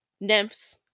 nymphs